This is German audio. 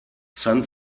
san